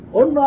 on